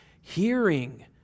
hearing